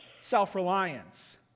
self-reliance